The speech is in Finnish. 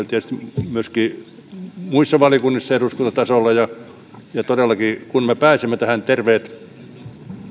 tietysti sitä tehtiin myöskin muissa valiokunnissa eduskuntatasolla ja sitä on jatkettu ja todellakin kun me pääsemme tähän terveet